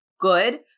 good